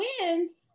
wins